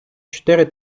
чотири